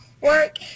work